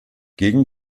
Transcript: gegen